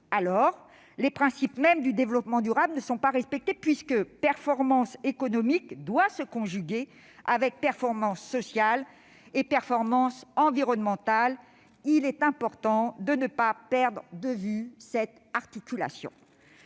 alors les principes mêmes du développement durable ne sont pas respectés, puisque performance économique doit se conjuguer avec performance sociale et performance environnementale. Il est important de ne pas perdre de vue cette articulation.